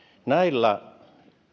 näillä